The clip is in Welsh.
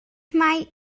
mae